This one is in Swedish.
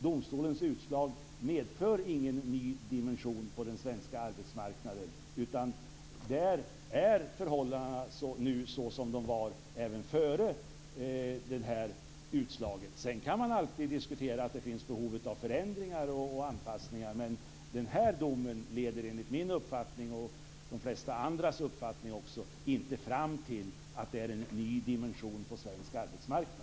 Domstolens utslag medför ingen ny dimension på den svenska arbetsmarknaden, utan där är förhållandena nu såsom de var även före det här utslaget. Sedan kan man alltid diskutera att det finns behov av förändringar och anpassningar, men den här domen leder enligt min uppfattning - och de flesta andras uppfattning - inte fram till att det är en ny dimension på svensk arbetsmarknad.